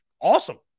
Awesome